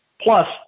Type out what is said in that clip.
Plus